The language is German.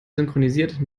synchronisiert